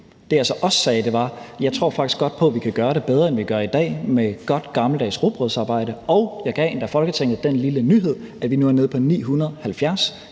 Det, jeg så også sagde, var, at jeg faktisk godt tror på, at vi kan gøre det bedre, end vi gør i dag, med godt gammeldags rugbrødsarbejde. Og jeg gav endda Folketinget den lille nyhed, at vi nu er nede på 970.